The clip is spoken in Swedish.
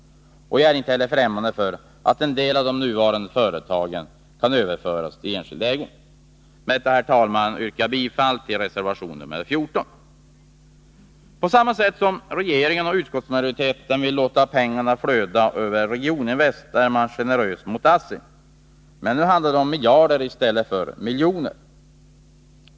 Och jag är inte heller fträmmande för att en del av de nuvarande företagen kan överföras i enskild ägo. Med detta, herr talman, yrkar jag bifall till reservation nr 14. På samma sätt som regeringen och utskottsmajoriteten vill låta pengar flöda över Regioninvest är man generös mot ASSI. Men nu handlar det om miljarder i stället för om miljoner.